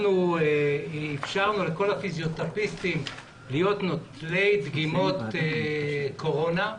אנחנו אפשרנו לכל הפיזיותרפיסטים להיות נוטלי דגימות קורונה.